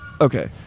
Okay